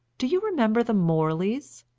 do you remember the morleys?